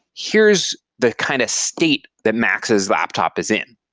here's the kind of state that max's laptop is in,